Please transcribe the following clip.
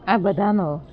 આ બધાનો